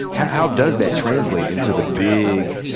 how does that translate into the big,